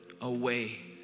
away